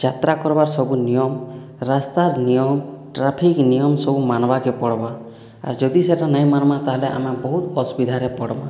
ଯାତ୍ରା କରିବାର ସବୁ ନିୟମ ରାସ୍ତାର ନିୟମ ଟ୍ରାଫିକ୍ ସବୁ ମାନିବାକୁ ପଡ଼ିବ ଆର୍ ଯଦି ସେଇଟା ନାହିଁ ମାନିବା ତା'ହେଲେ ଆମେ ବହୁତ ଅସୁବିଧାରେ ପଡ଼ିବା